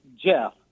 Jeff